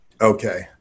Okay